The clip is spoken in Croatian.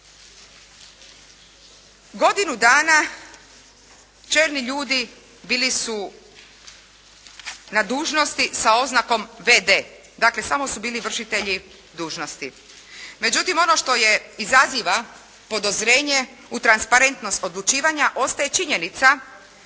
Godinu dana čelni ljudi bili su na dužnosti sa oznakom v.d., dakle samo su bili vršitelji dužnosti. Međutim ono što izaziva podozrenje u transparentnost odlučivanja ostaje činjenica